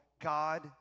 God